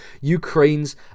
Ukraine's